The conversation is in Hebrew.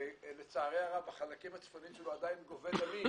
לצערי הרב, בחלקים הצפוניים שלו עדיין גובה דמים,